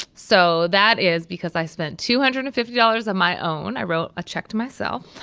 so that is because i spent two hundred and fifty dollars of my own. i wrote a check to myself.